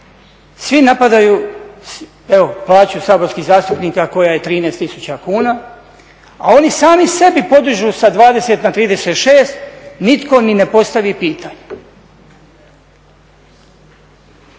Svi napadaju evo plaću saborskih zastupnika koja je 13000 kuna, a oni sami sebi podižu sa 20 na 36, nitko ni ne postavi pitanje.